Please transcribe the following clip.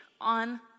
on